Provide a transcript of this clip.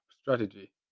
strategy